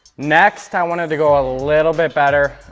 next, i wanted to go a little bit better.